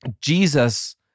Jesus